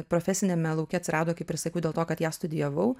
profesiniame lauke atsirado kaip ir sakiau dėl to kad ją studijavau